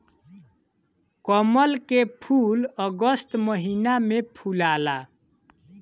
कमल के फूल अगस्त महिना में फुलाला